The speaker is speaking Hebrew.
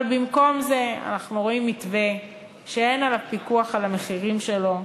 אבל במקום זה אנחנו רואים מתווה שאין פיקוח על המחירים שלו,